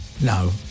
No